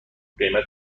قیمت